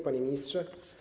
Panie Ministrze!